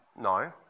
no